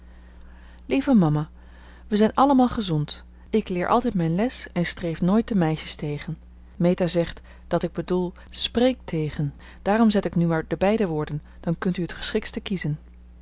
lieve mama wij zijn allemaal gezond ik leer altijd mijn les en streef nooit de meisjes tegen meta zegt dat ik bedoel spreek tegen daarom zet ik nu maar de beide woorden dan kunt u het geschiktste kiezen